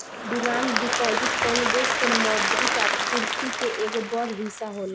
demand deposit कवनो देश के मौद्रिक आपूर्ति के एगो बड़ हिस्सा होला